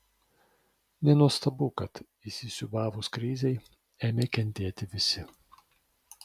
nenuostabu kad įsisiūbavus krizei ėmė kentėti visi